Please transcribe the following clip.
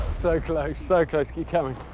so close. so close. keep coming.